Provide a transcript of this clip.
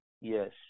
yes